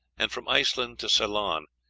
and from iceland to ceylon,